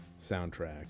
soundtrack